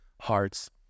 hearts